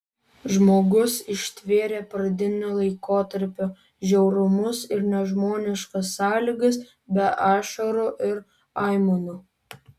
žmogus ištvėrė pradinio laikotarpio žiaurumus ir nežmoniškas sąlygas be ašarų ir aimanų